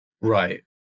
Right